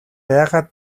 яагаад